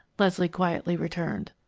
leslie quietly returned.